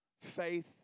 faith